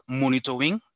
monitoring